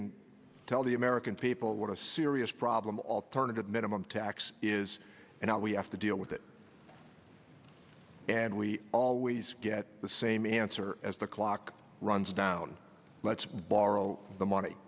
and tell the american people what a serious problem alternative minimum tax is and how we have to deal with it and we always get the same answer as the clock runs down let's borrow the money